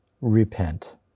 repent